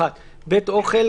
בית אוכל,